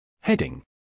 Heading